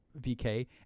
VK